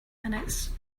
minutes